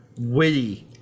witty